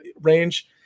range